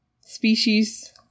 species